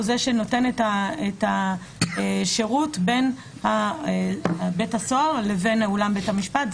הוא זה שנותן את השירות בין בית הסוהר לבין אולם בית המשפט.